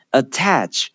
attach